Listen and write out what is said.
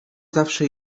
zawsze